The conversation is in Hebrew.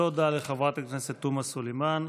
תודה לחבר הכנסת תומא סלימאן.